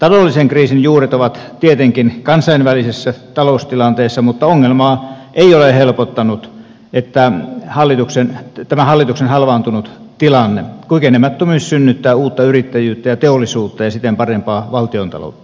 taloudellisen kriisin juuret ovat tietenkin kansainvälisessä taloustilanteessa mutta ongelmaa ei ole helpottanut tämä hallituksen halvaantunut tilanne kykenemättömyys synnyttää uutta yrittäjyyttä ja teollisuutta ja siten parempaa valtiontaloutta